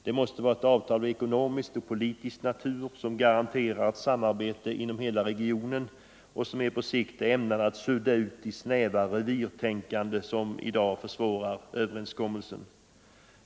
Det måste vara avtal av ekonomisk och politisk natur, som garanterar samarbete inom hela regionen och som är ämnade att på sikt sudda ut det snäva revirtänkande som i dag försvårar överenskommelsen.